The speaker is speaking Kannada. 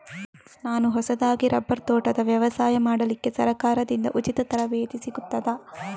ನಾನು ಹೊಸದಾಗಿ ರಬ್ಬರ್ ತೋಟದ ವ್ಯವಸಾಯ ಮಾಡಲಿಕ್ಕೆ ಸರಕಾರದಿಂದ ಉಚಿತ ತರಬೇತಿ ಸಿಗುತ್ತದಾ?